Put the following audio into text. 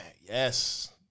yes